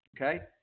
Okay